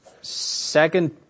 Second